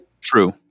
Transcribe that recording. True